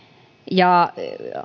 ja